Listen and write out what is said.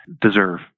deserve